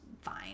fine